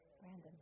Brandon